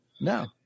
No